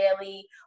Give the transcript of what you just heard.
daily